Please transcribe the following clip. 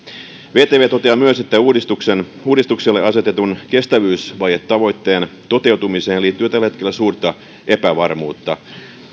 vtv toteaa myös että uudistukselle asetetun kestävyysvajetavoitteen toteutumiseen liittyy tällä hetkellä suurta epävarmuutta